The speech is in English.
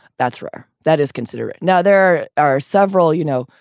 that's rare. that is consider it. now, there are several, you know,